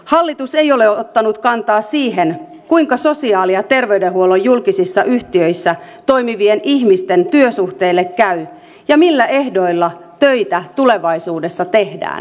hallitus ei ole ottanut kantaa siihen kuinka sosiaali ja terveydenhuollon julkisissa yhtiöissä toimivien ihmisten työsuhteille käy ja millä ehdoilla töitä tulevaisuudessa tehdään